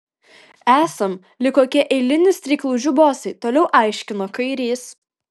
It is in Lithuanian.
esam lyg kokie eilinių streiklaužių bosai toliau aiškino kairys